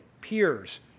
peers